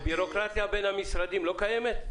בירוקרטיה בין המשרדים לא קיימת?